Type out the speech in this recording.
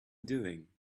doing